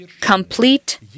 complete